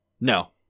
No